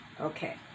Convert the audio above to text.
Okay